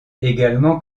également